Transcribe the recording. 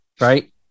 right